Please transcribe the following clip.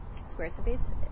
Squarespace